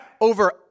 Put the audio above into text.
over